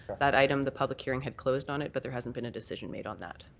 that item, the public hearing, had closed on it but there hadn't been a decision made on that.